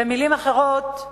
במלים אחרות,